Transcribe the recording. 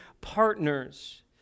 partners